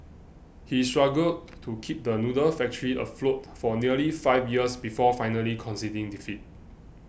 he struggled to keep the noodle factory afloat for nearly five years before finally conceding defeat